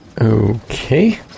Okay